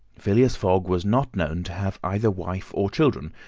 phileas fogg was not known to have either wife or children,